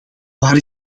waar